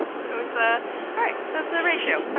so it's a. all right, so it's a ratio.